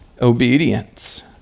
Obedience